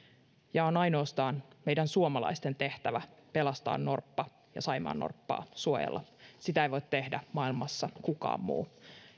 ja on ainoastaan meidän suomalaisten tehtävä pelastaa norppa ja suojella saimaannorppaa sitä ei voi tehdä maailmassa kukaan muu